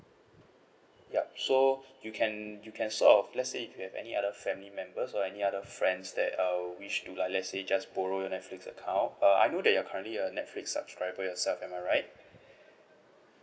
yup so you can you can sort of let's say if you have any other family members or any other friends that uh wish to like let's say just borrow your netflix account uh I know that you're currently a netflix subscriber yourself am I right